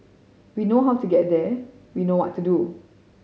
we know how to get there we know what to do